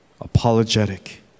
apologetic